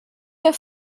hear